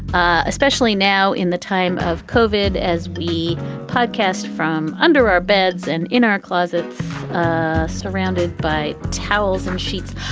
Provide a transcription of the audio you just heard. ah especially now in the time of covered as we podcast from under our beds and in our closets surrounded by towels and sheets.